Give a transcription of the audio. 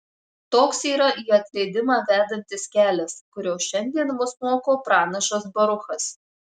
toks yra į atleidimą vedantis kelias kurio šiandien mus moko pranašas baruchas